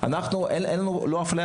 איך יכול להיות שיש לנו,